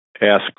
ask